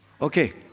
Okay